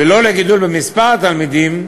ולא לגידול במספר התלמידים.